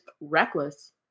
reckless